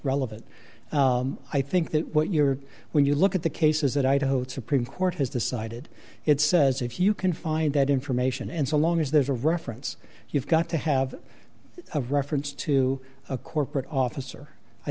relevant i think that what you're when you look at the case is that idaho supreme court has decided it says if you can find that information and so long as there's a reference you've got to have a reference to a corporate officer i